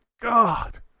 god